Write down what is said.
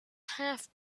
half